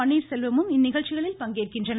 பன்னீர்செல்வமும் இந்நிகழ்ச்சிகளில் பங்கேற்கின்றனர்